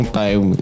time